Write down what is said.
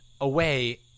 away